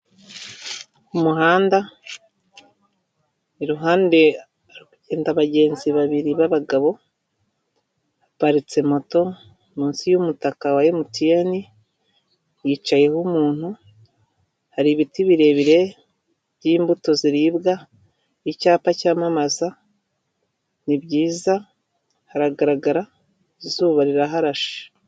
Umuhanda, iruhande hari kugenda abagenzi babiri b'abagabo, haparitse moto munsi y'umutaka wa Emutiyeni, hicayeho umuntu, hari ibiti birebire by'imbuto ziribwa, icyapa cyamamaza, ni byiza, haragaragara, izuba riraharashe.